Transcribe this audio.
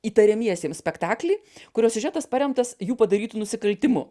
įtariamiesiems spektaklį kurio siužetas paremtas jų padarytu nusikaltimu